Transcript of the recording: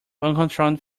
uncontrolled